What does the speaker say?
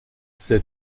ces